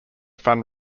fund